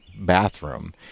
bathroom